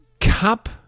Cup